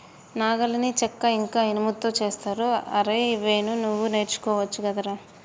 నాగలిని చెక్క ఇంక ఇనుముతో చేస్తరు అరేయ్ వేణు నువ్వు నేర్చుకోవచ్చు గదరా